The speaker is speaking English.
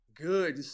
Good